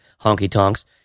honky-tonks